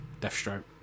Deathstroke